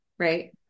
Right